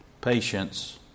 patience